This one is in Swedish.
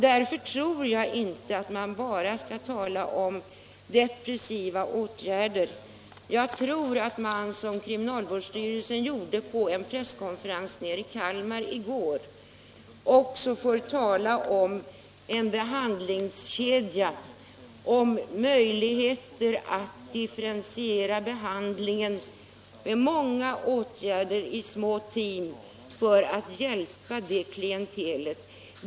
Därför tror jag inte att man bara skall tala om repressiva åtgärder. Jag tror att man, som kriminalvårdsstyrelsen gjorde på en presskonferens i Kalmar i går, också får tala om en behandlingskedja, om möjligheter att differentiera behandlingen med många åtgärder i små team för att hjälpa detta klientel.